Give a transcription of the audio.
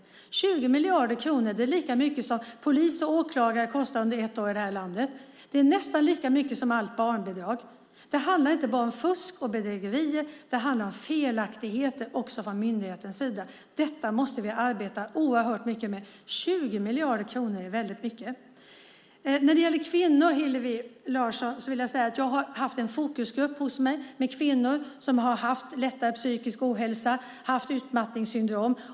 En kostnad på 20 miljarder kronor är lika mycket som polis och åklagare kostar under ett år i det här landet. Det är nästan lika mycket som allt barnbidrag. Det handlar inte bara om fusk och bedrägerier. Det handlar om felaktigheter också från myndighetens sida. Detta måste vi arbeta oerhört mycket med. Ett så stort belopp som 20 miljarder är väldigt mycket. När det gäller kvinnor, Hillevi Larsson, har jag haft en fokusgrupp hos mig. Det är kvinnor som har haft lättare psykisk ohälsa och utmattningssyndrom.